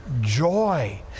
joy